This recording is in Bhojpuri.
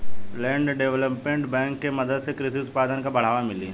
लैंड डेवलपमेंट बैंक के मदद से कृषि उत्पादन के बढ़ावा मिली